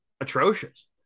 atrocious